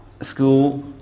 school